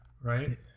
right